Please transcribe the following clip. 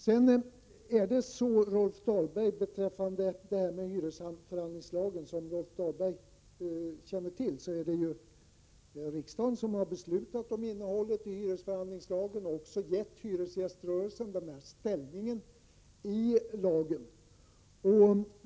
Det är riksdagen som har beslutat om innehållet i hyresförhandlingslagen, Rolf Dahlberg. Man har också i lagen gett hyresgäströrelsen dess nuvarande ställning.